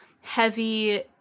heavy